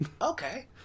Okay